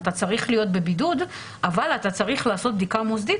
אתה צריך להיות בבידוד אבל אתה צריך לעשות בדיקה מוסדית,